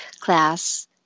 class